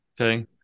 okay